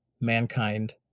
mankind